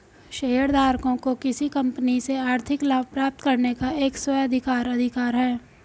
शेयरधारकों को किसी कंपनी से आर्थिक लाभ प्राप्त करने का एक स्व अधिकार अधिकार है